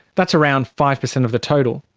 that's around five percent of the total.